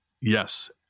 yes